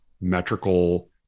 metrical